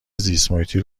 زیستمحیطی